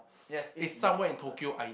yes it's your fountain